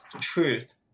truth